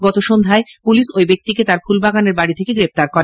গত সন্ধ্যায় পুলিশ ওই ব্যক্তিকে তার ফুলবাগানের বাড়ি থেকে গ্রেফতার করে